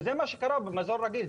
וזה מה שקרה במזון רגיל.